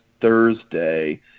Thursday